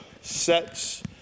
sets